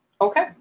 okay